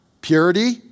purity